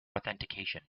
authentication